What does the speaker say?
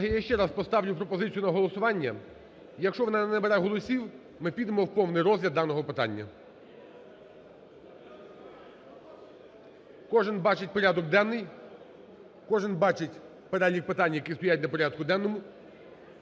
Колеги, я ще раз поставлю пропозицію на голосування, якщо вона не набере голосів, ми підемо в повний розгляд даного питання. Кожен бачить порядок денний, кожен бачить перелік питань, які стоять на порядку денному.